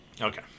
Okay